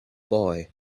boy